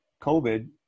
COVID